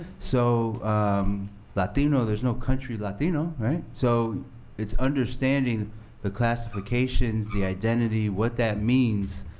so latino, there's no country, latino, right? so it's understanding the classifications, the identity, what that means,